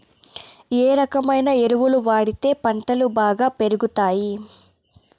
ఏ రకమైన ఎరువులు వాడితే పంటలు బాగా పెరుగుతాయి?